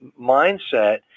mindset